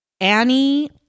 Annie